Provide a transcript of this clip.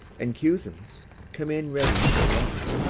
and cusins come in ready for walking.